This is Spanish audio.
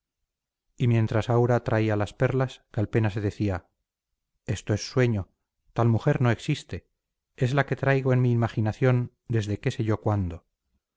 y mientras aura traía las perlas calpena se decía esto es sueño tal mujer no existe es la que traigo en mi imaginación desde qué sé yo cuándo